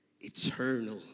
eternal